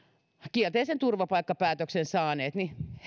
kielteisen turvapaikkapäätöksen saaneille